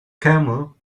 camel